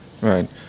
Right